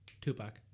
Tupac